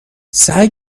سعی